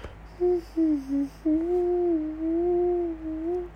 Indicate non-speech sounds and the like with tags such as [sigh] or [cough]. [noise]